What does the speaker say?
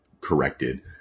corrected